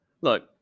look